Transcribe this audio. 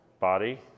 body